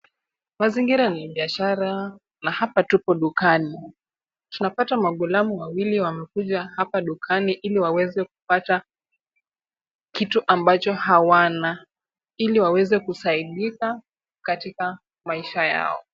Mazingira ni ya biashara na hapa tupo dukani. Tunapata maghulamu wawili wamekuja hapa dukani iliwaweze kupata kitu ambacho hawana, ili waweze kusaidika katika maisha yao.